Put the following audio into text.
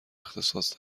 اختصاص